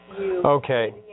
Okay